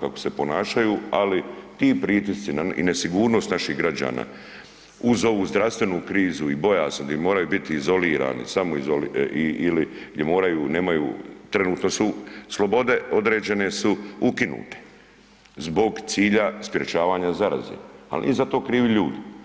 kako se ponašaju, ali ti pritisci i nesigurnost naših građana uz ovu zdravstvenu krizu i bojazan gdje moraju biti izolirani, samoizolirani ili gdje moraju, nemaju, trenutno su slobode određene su ukinute, zbog cilja sprječavanja zaraze, ali nisu za to krivi ljudi.